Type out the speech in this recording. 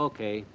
Okay